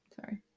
Sorry